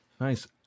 Nice